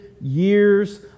years